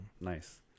Nice